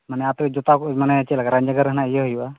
ᱢᱟᱱᱮ ᱟᱯᱮ ᱡᱚᱴᱟᱣ ᱠᱚ ᱢᱟᱱᱮ ᱪᱮᱫ ᱞᱮᱠᱟ ᱨᱟᱜᱽᱱᱚᱜᱚᱨ ᱨᱮ ᱱᱟᱦᱟᱜ ᱤᱭᱟᱹ ᱦᱩᱭᱩᱜᱼᱟ